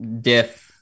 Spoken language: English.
diff